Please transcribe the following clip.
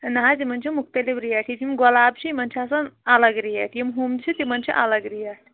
نہَ حظ یِمن چھِ مُختلف ریٚٹ یِتھۍ یِم گۅلاب چھِ یِمن چھِ آسان الگ ریٚٹ یِم تِم چھِ تِمَن چھِ اَلگ ریٚٹ